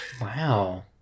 wow